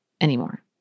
anymore